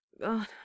God